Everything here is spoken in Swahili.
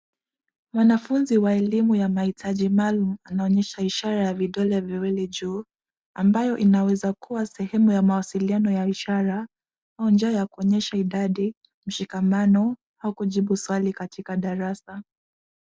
Mwanafuzi wa elimu ya mahitaji maalum anaonyesha ishara ya vidole viwili juu ambayo inaweza kuwa sehemu ya mawasiliano ya ishara au njia ya kuonyesha idadi, mshikamano au kujibu swali katika darasa.